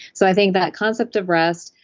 so i think that concept of rest,